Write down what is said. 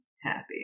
happy